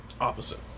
Opposite